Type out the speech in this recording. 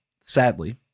sadly